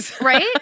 Right